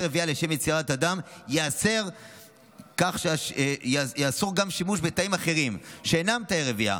רבייה לשם יצירת אדם יאסור גם שימוש בתאים אחרים שאינם תאי רבייה,